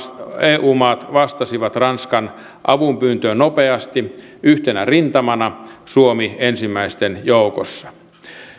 eu maat vastasivat ranskan avunpyyntöön nopeasti yhtenä rintamana suomi ensimmäisten joukossa